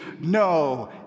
no